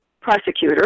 prosecutor